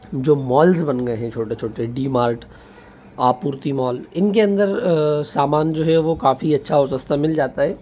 जो मॉल्स बन गए हैं छोटे छोटे डी मार्ट आपूर्ति मॉल इनके अंदर सामान जो है वो काफ़ी अच्छा और सस्ता मिल जाता है